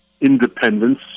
independence